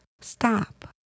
Stop